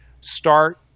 start